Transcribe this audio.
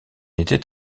était